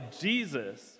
Jesus